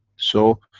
so,